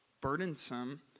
burdensome